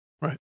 right